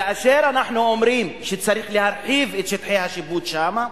כאשר אנחנו אומרים שצריך להרחיב את שטחי השיפוט שם,